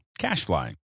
Cashfly